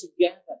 together